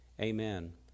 Amen